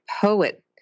poet